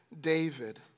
David